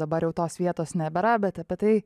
dabar jau tos vietos nebėra bet apie tai